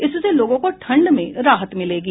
इससे लोगों को ठंड से राहत मिलेगी